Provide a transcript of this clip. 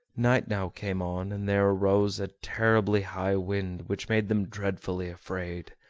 night now came on, and there arose a terribly high wind, which made them dreadfully afraid.